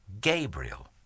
Gabriel